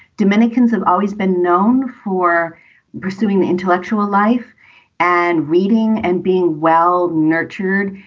dominicans have always been known for pursuing the intellectual life and reading. and being well nurtured.